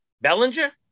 Bellinger